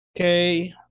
Okay